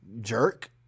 jerk